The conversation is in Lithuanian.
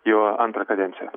juo antrą kadenciją